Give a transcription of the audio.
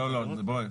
לא, לא, בואי,